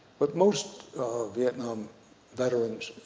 but most vietnam veterans,